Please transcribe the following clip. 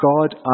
God